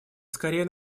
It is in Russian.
скорее